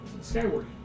Skyward